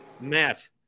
Matt